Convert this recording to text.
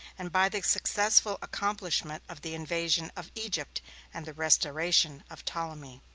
and by the successful accomplishment of the invasion of egypt and the restoration of ptolemy.